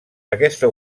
aquesta